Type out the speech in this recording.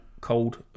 cold